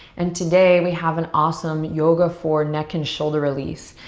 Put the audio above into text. and today we have an awesome yoga for neck and shoulder release.